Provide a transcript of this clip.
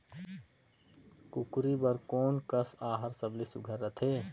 कूकरी बर कोन कस आहार सबले सुघ्घर रथे?